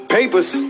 Papers